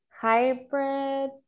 hybrid